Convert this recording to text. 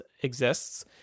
exists